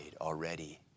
already